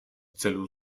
celu